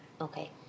Okay